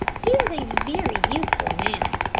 he is a very useful man.